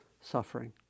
suffering